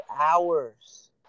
hours